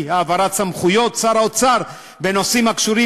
העברת סמכויות שר האוצר בנושאים הקשורים